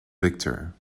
victor